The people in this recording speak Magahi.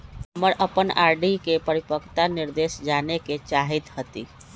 हम अपन आर.डी के परिपक्वता निर्देश जाने के चाहईत हती